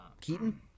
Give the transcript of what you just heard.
Keaton